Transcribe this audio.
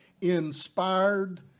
inspired